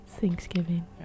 Thanksgiving